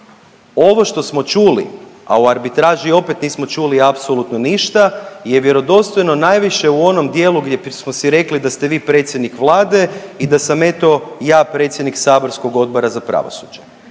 Ovo što smo čuli, a o arbitraži opet nismo čuli apsolutno ništa je vjerodostojno najviše u onom dijelu gdje smo si rekli da ste vi predsjednik Vlade i da sam ja eto predsjednik saborskog Odbora za pravosuđe.